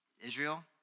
Israel